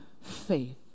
faith